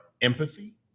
empathy